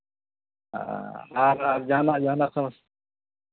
ᱡᱟᱦᱟᱱᱟᱜ ᱡᱟᱦᱟᱱᱟᱜ